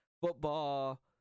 football